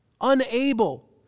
unable